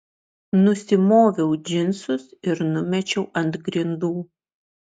nusimoviau džinsus ir numečiau ant grindų